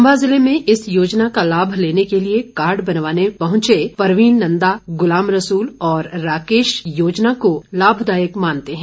चंबा जिले में इस योजना का लाम लेने के लिए कार्ड बनवाने पहुंचे परवीन नंदा गुलाय रसूल और राकेश योजना को लाभदायक मानते हैं